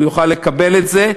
הוא יוכל לקבל את זה,